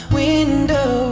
window